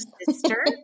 sister